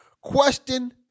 Question